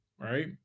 right